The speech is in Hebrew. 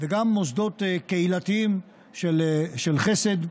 וגם במוסדות קהילתיים של חסד.